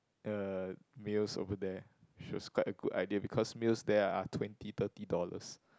the meals over there which was quite a good idea because meals there are twenty thirty dollars